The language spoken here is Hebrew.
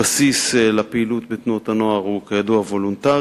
הבסיס לפעילות בתנועות הנוער הוא וולונטרי,